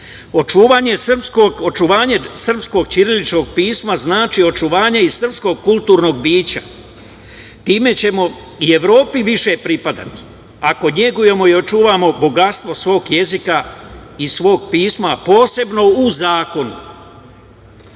tako. Očuvanje srpskog ćiriličnog pisma znači očuvanje i srpskog kulturnog bića. Time ćemo i Evropi više pripadati ako negujemo i očuvamo bogatstvo svog jezika i svog pisma, a posebno u zakonu.U